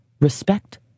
respect